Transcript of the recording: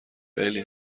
خیلی